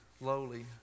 lowly